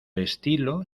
estilo